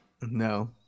No